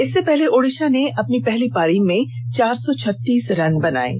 इससे पहले ओड़िषा ने अपनी पहली पारी में चार सौ छत्तीस रन बनाये हैं